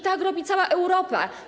Tak robi cała Europa.